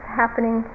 happening